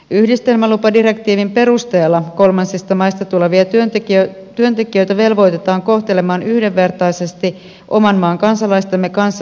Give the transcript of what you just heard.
yhdistelmälupadirektiivin perusteella kolmansista maista tulevia työntekijöitä velvoitetaan kohtelemaan yhdenvertaisesti oman maan kansalaistemme kanssa sosiaaliturvan alalla